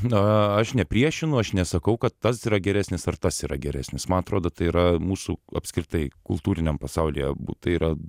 na aš nepriešinu aš nesakau kad tas yra geresnis ar tas yra geresnis man atrodo tai yra mūsų apskritai kultūriniam pasaulyje bu tai yra